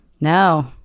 No